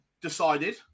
decided